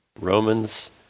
Romans